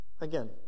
Again